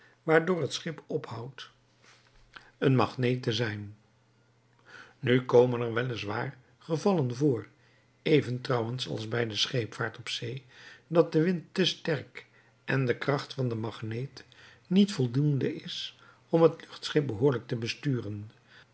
waardoor het schip ophoudt een magneet te zijn nu komen er wel is waar gevallen voor even trouwens als bij de scheepvaart op zee dat de wind te sterk en de kracht van den magneet niet voldoende is om het luchtschip behoorlijk te besturen